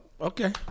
okay